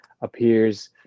appears